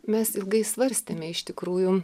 mes ilgai svarstėme iš tikrųjų